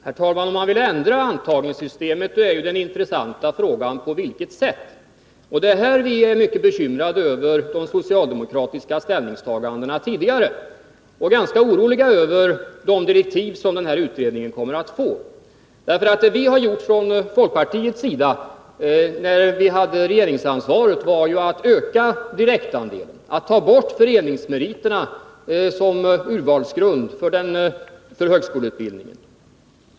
Herr talman! Om man vill ändra antagningssystemet, då är den intressanta frågan: På vilket sätt? På den punkten är vi mycket bekymrade över de tidigare socialdemokratiska ställningstagandena, och vi är ganska oroliga över de direktiv utredningen kommer att få. Det vi från folkpartiets sida gjorde när vi hade regeringsansvaret var bl.a. att öka direktandelen och att ta bort föreningsmeriterna som urvalsgrund för antagning till högskoleutbildning.